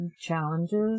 Challenges